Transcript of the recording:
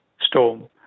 storm